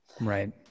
Right